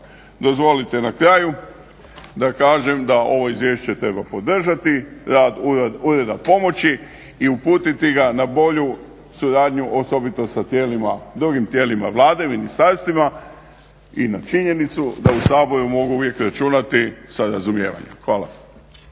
Dozvolite na kraju da kažem da ovo izvješće treba podržati, rad ureda pomoći i uputiti ga na bolju suradnju osobito sa drugim tijelima Vlade, ministarstvima i na činjenicu da u Saboru mogu uvijek računati sa razumijevanjem. Hvala.